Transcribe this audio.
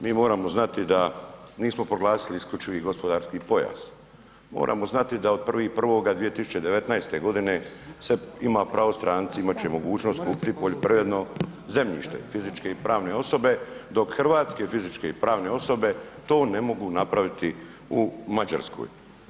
MI moramo znati da nismo proglasili isključivi gospodarski pojas, moramo znati da od 1.1.2019. godine stranci će imati mogućnost kupiti poljoprivredno zemljište, fizičke i pravne osobe, dok hrvatske fizičke i pravne osobe to ne mogu napraviti u Mađarskoj.